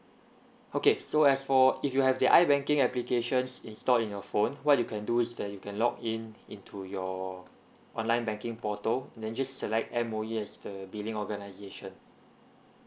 okay so as for if you have the i banking applications installed in your phone what you can do is that you can log in into your online banking portal then just select M_O_E as the billing organisation